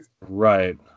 Right